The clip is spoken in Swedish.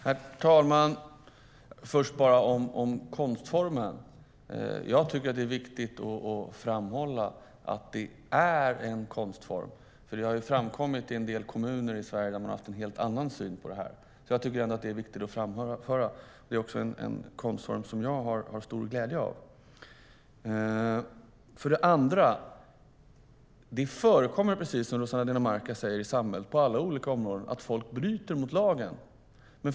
Herr talman! För det första tycker jag att det är viktigt att framhålla att graffiti är en konstform. Det har nämligen framkommit att man i en del kommuner i Sverige har haft en helt annan syn på det, så jag tycker att det är viktigt att framföra. Det är också en konstform jag har stor glädje av. För det andra förekommer det, precis som Rossana Dinamarca säger, att folk bryter mot lagen i samhället - på alla olika områden.